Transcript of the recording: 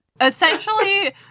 essentially